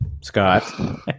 Scott